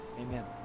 Amen